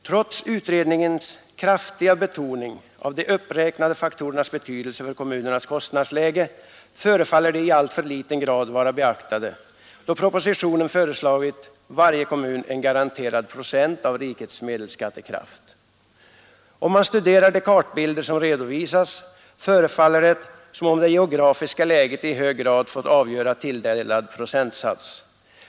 Trots utredningens kraftiga betoning av de uppräknade faktorernas betydelse för kommunernas kostnadsläge, förefaller de i alltför liten grad ha beaktats, då varje kommun i propositionen föreslagits en garanterad procent av rikets medelskattekraft. Om man studerar de kartbilder som redovisas, förefaller det som om det geografiska läget i hög grad fått avgöra tilldelad procentsats.